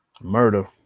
murder